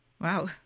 Wow